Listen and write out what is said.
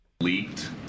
leaked